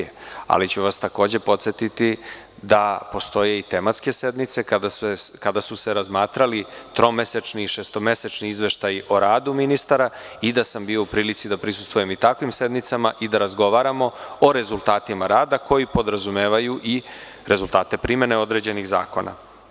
Ali ću vas takođe podsetiti da postoje i tematske sednice kada su se razmatrali tromesečni i šestomesečni izveštaji o radu ministara i da sam bio u prilici da prisustvujem i takvim sednicama i da razgovaramo o rezultatima rada koji podrazumevaju i rezultate primene određenih zakona.